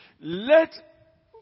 Let